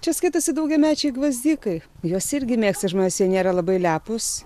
čia skaitosi daugiamečiai gvazdikai juos irgi mėgsta žmones jie nėra labai lepūs